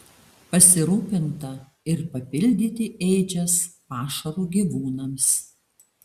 pasirūpinta ir papildyti ėdžias pašaru gyvūnams